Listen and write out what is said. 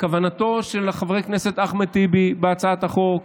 כוונתו של חבר הכנסת אחמד טיבי בהצעת החוק,